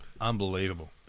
unbelievable